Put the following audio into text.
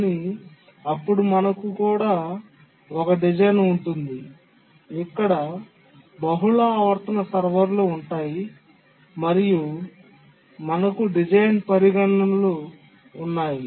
కానీ అప్పుడు మనకు కూడా ఒక డిజైన్ ఉంటుంది ఇక్కడ బహుళ ఆవర్తన సర్వర్లు ఉన్నాయి మరియు మనకు డిజైన్ పరిగణనలు ఉన్నాయి